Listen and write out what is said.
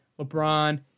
LeBron